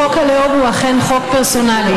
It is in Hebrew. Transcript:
חוק הלאום הוא אכן חוק פרסונלי.